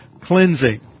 cleansing